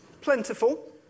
plentiful